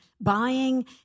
buying